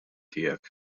tiegħek